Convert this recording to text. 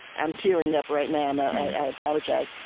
i'm tearing up right now, and i apologize.